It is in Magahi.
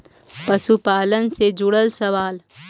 पशुपालन से जुड़ल सवाल?